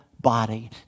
body